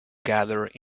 gathered